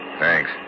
Thanks